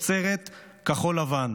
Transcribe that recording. תוצרת כחול-לבן.